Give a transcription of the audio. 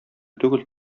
түгел